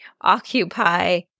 occupy